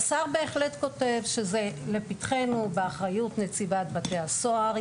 השר כותב שזה לפתחנו ובאחריות נציבת בתי הסוהר.